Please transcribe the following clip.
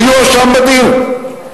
ויואשם בדין,